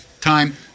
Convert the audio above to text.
Time